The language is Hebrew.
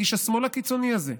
את איש השמאל הקיצוני הזה,